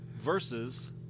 versus